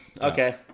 Okay